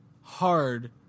hard